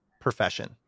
profession